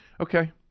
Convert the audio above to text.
Okay